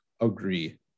agree